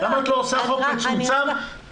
למה את לא עושה חוק מצומצם ואומרת,